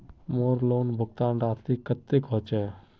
मोर लोन भुगतान राशि कतेक होचए?